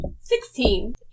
Sixteen